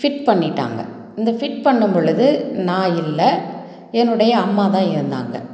fit பண்ணிவிட்டாங்க இந்த fit பண்ணும் பொழுது நான் இல்லை என்னுடைய அம்மா தான் இருந்தாங்க